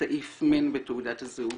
בסעיף מין בתעודת הזהות.